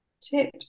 tip